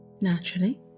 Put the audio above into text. Naturally